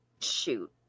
Shoot